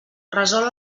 resol